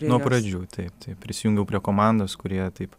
nuo pradžių taip taip prisijungiau prie komandos kurie taip